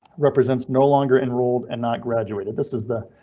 represents no longer enrolled and not graduated. this is the.